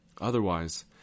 Otherwise